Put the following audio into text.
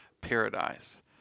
paradise